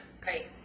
Great